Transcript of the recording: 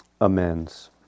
amends